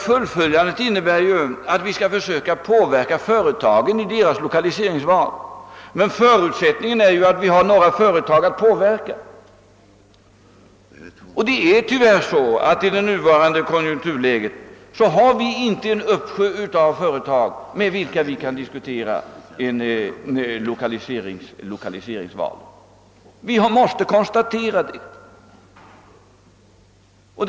Fullföljandet innebär att vi skall försöka påverka företagen i deras lokaliseringsval, men förutsättningen är att vi har några företag att påverka. I det nuvarande konjunkturläget har vi tyvärr inte en uppsjö av företag med vilka vi kan dis kutera ett lokaliseringsval; det är det vi inte får glömma.